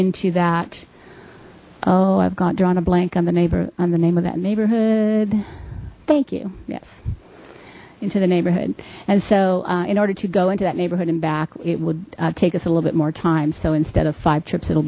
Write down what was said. into that oh i've got drawn a blank on the neighbor on the name of that neighborhood thank you yes into the neighborhood and so in order to go into that neighborhood and back it would take us a little bit more time so instead of five trips it'll